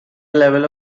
levels